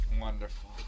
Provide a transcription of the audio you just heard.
wonderful